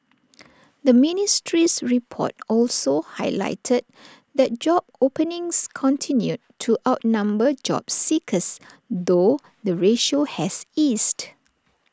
the ministry's report also highlighted that job openings continued to outnumber job seekers though the ratio has eased